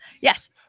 Yes